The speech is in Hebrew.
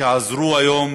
כבוד השר,